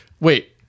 wait